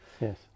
Yes